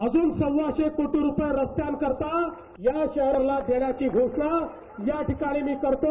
अजून सव्वाशे कोटी रूपये रस्त्यांकरता या शहराला देण्याची घोषणा या ठिकाणी मी करतो